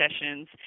sessions